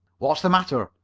what's the matter?